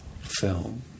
film